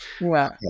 Wow